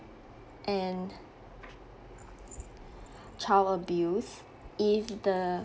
and child abuse if the